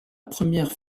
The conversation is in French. première